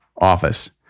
office